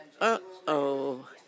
uh-oh